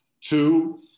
Two